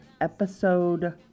episode